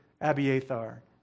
Abiathar